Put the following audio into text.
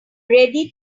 ready